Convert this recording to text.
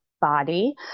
body